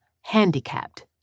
handicapped